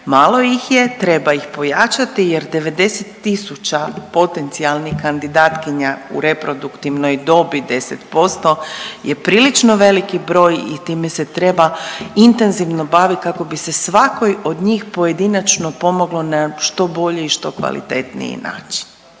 malo ih je, treba ih pojačati jer 90 tisuća potencijalnih kandidatkinja u reproduktivnoj dobi 10% je prilično veliki broj i time se treba intenzivno baviti kako bi se svakoj od njih pojedinačno pomoglo na što bolji i što kvalitetniji način.